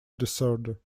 disorder